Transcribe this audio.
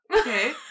Okay